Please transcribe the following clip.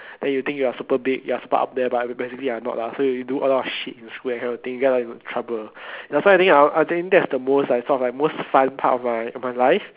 then you think you are super big you are super up there but basically you are not lah so you do a lot of shit in school that kind of thing that get you into trouble and also I think I think that's the most like sort of like most fun part of my of my life